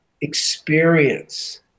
experience